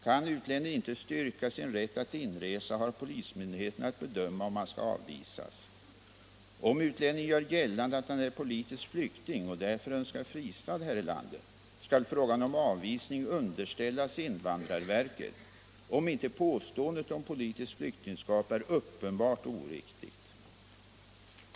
Kan utlänning inte styrka sin rätt att inresa, har polismyndigheten att bedöma om han skall avvisas. Om utlänningen gör gällande att han är politisk flykting och därför önskar fristad här i landet, skall frågan om avvisning underställas invandrarverket, om inte påståendet om politiskt Nyktingskap är uppenbart oriktigt.